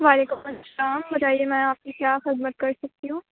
وعلیکم السّلام بتائیے میں آپ کی کیا خدمت کر سکتی ہوں